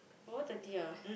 four thirty ah